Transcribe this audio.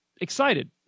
excited